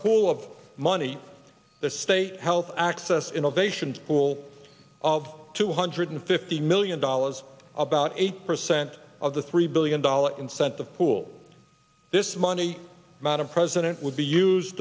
pool of money the state health access innovations pool of two hundred fifty million dollars about eight percent of the three billion dollars incentive pool this money amount of president would be used